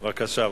בבקשה.